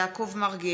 אינו נוכח יעקב מרגי,